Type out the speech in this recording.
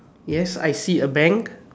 yes I see a bank